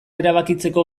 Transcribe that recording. erabakitzeko